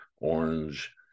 orange